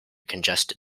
congested